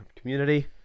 Community